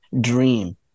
dream